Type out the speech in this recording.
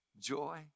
joy